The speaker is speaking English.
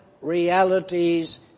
realities